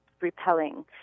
repelling